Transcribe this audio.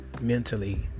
mentally